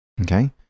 Okay